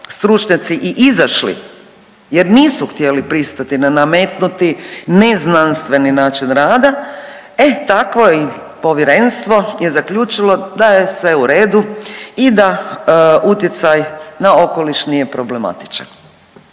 stručnjaci i izašli jer nisu htjeli pristati na nametnuti neznanstveni način rada, e takvo povjerenstvo je zaključilo da je sve u redu i da utjecaj na okoliš nije problematičan.